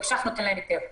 התקש"ח נותן להן היתר.